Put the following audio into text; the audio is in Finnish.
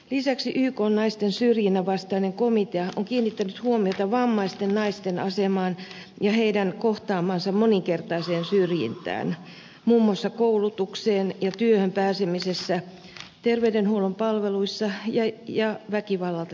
lisäksi ykn naisten syrjinnän vastainen komitea on kiinnittänyt huomiota vammaisten naisten asemaan ja heidän kohtaamaansa moninkertaiseen syrjintään muun muassa koulutukseen ja työhön pääsemisessä terveydenhuollon palveluissa ja väkivallalta suojelemisessa